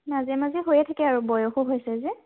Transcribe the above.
মাজে মাজে হৈয়ে থাকে আৰু বয়সো হৈছে যে